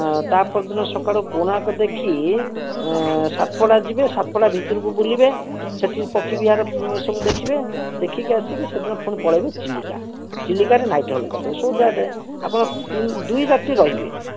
ହଁ ତା'ପରଦିନ ସକାଳୁ କୋଣାର୍କ ଦେଖି ସାତପଡ଼ା ଯିବେ ସାତପଡ଼ା ଭିତରକୁ ବୁଲିବେ ସେଠି ପକ୍ଷୀବିହାର ସବୁ ଦେଖିବେ ଦେଖିକି ଆସିକି ସେଦିନ ପୁଣି ପଳେଇବେ ଚିଲିକା ଚିଲିକାରେ ନାଇଟ୍ ହଲ୍ଟ୍ କରିଦେବେ ସୋ ଦ୍ୟାଟ୍ ଆପଣ ତିନି ଦୁଇ ରାତି ରହିବେ